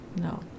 No